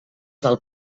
del